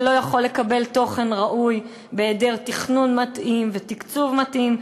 שלא יכול לקבל תוכן ראוי בהיעדר תכנון מתאים ותקצוב מתאים,